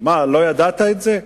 מה, לא ידעת את זה?